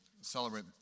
celebrate